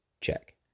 check